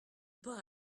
pas